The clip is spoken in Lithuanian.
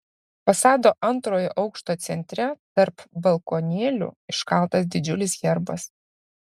fasado antrojo aukšto centre tarp balkonėlių iškaltas didžiulis herbas